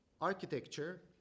architecture